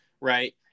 right